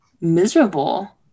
miserable